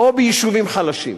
או ביישובים חלשים,